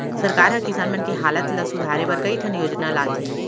सरकार हर किसान मन के हालत ल सुधारे बर कई ठन योजना लाथे